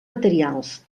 materials